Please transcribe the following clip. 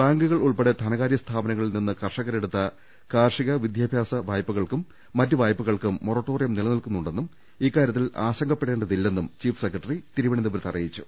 ബാങ്കുൾ ഉൾപ്പെടെ ധനകാര്യ സ്ഥാപനങ്ങളിൽ നിന്ന് കർഷകരെ ടുത്ത കാർഷിക വിദ്യാഭ്യാസ വായ്പകൾക്കും മറ്റു വായ്പ കൾക്കും മൊറട്ടോറിയം നിലനിൽക്കുന്നുണ്ടെന്നും ഇക്കാരൃത്തിൽ ആശങ്കപ്പെടേണ്ടതില്ലെന്നും ചീഫ് സെക്രട്ടറി തിരുവനന്തപുരത്ത് അറിയിച്ചു